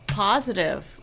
Positive